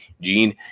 Gene